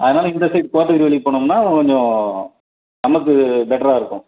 அதனால் இந்த சைட் கோத்தகிரி வழி போனோம்னால் கொஞ்சம் நமக்கு பெட்ராக இருக்கும்